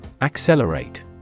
Accelerate